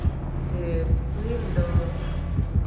ᱡᱮ ᱯᱟᱹᱦᱤᱞ ᱫᱚ